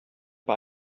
bei